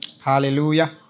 Hallelujah